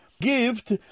Gift